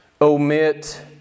omit